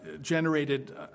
generated